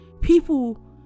people